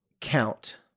count